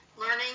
learning